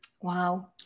Wow